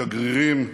שגרירים,